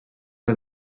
are